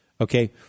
okay